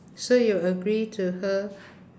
so you agree to her